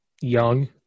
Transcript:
young